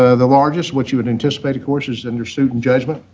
ah the largest, which you would anticipate, of course, is under student judgment.